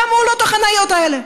כמה עולות החניות האלה.